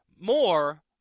more